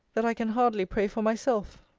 that i can hardly pray for myself.